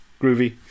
Groovy